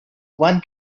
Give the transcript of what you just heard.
one